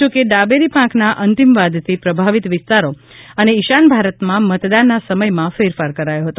જો કે ડાબેરી પાંખના અંતિમવાદથી પ્રભાવિત વિસ્તારો અને ઇશાન ભારતમાં મતદાનના સમયમાં ફેરફાર કરાયો હતો